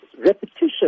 repetition